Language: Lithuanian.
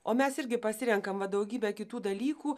o mes irgi pasirenkam va daugybę kitų dalykų